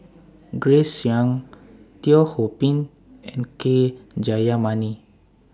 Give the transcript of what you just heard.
Grace Young Teo Ho Pin and K Jayamani